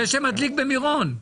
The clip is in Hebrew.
זה שמדליק במירון.